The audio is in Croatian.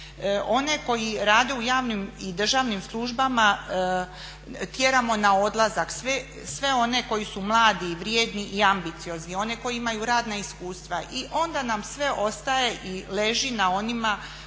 one koji rade u javnim i državnim službama tjeramo na odlazak. Sve one koji su mladi i vrijedni i ambiciozni, one koji imaju radna iskustva i onda nam sve ostaje i leži na onima